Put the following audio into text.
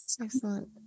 Excellent